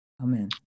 amen